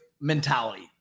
mentality